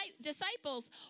disciples